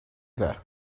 there